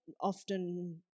often